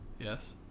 Yes